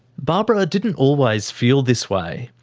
barbara didn't always feel this way.